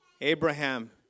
Abraham